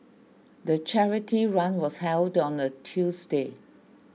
the charity run was held on a Tuesday